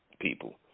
people